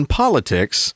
politics